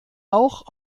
auch